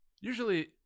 Usually